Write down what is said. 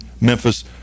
Memphis